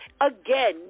again